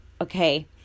Okay